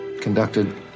conducted